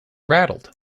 rattled